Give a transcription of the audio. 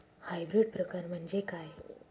Hybrid प्रकार म्हणजे काय?